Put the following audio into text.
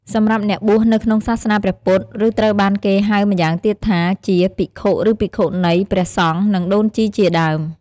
សម្រាប់់អ្នកបួសនៅក្នុងសាសនាព្រះពុទ្ធ ឬត្រូវបានគេហៅម៉្យាងទៀតថាជា ភិក្ខុឬភិក្ខុនី ព្រះសង្ឃ និងដូនជីជាដើម។